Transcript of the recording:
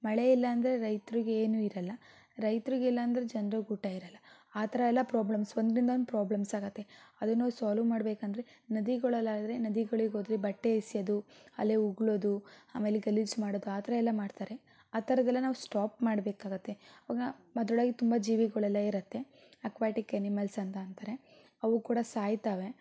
ಮಳೆ ಇಲ್ಲ ಅಂದರೆ ರೈತ್ರುಗೇನು ಇರಲ್ಲ ರೈತರಿಗೆ ಇಲ್ಲ ಅಂದರೆ ಜನ್ರಿಗೆ ಊಟ ಇರಲ್ಲ ಆ ಥರ ಎಲ್ಲ ಪ್ರಾಬ್ಲಮ್ಸ್ ಒಂದರಿಂದ ಒಂದು ಪ್ರಾಬ್ಲಮ್ಸ್ ಆಗತ್ತೆ ಅದನ್ನ ನಾವು ಸಾಲ್ವ್ ಮಾಡಬೇಕೆಂದ್ರೆ ನದಿಗಳಲ್ಲಾದರೆ ನದಿಗಳಿಗೆ ಹೋದರೆ ಬಟ್ಟೆ ಎಸಿಯೋದು ಅಲ್ಲೇ ಉಗುಳೋದು ಆಮೇಲೆ ಗಲೀಜು ಮಾಡೋದು ಆ ಥರ ಎಲ್ಲ ಮಾಡ್ತಾರೆ ಆ ಥರದೆಲ್ಲ ನಾವು ಸ್ಟಾಪ್ ಮಾಡಬೇಕಾಗತ್ತೆ ಅವನ್ನು ಅದರೊಳಗೆ ತುಂಬ ಜೀವಿಗಳೆಲ್ಲ ಇರತ್ತೆ ಅಕ್ವಾಟಿಕ್ ಅನಿಮಲ್ಸ್ ಅಂತ ಅಂತಾರೆ ಅವು ಕೂಡ ಸಾಯ್ತಾವೆ